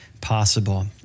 possible